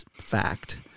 fact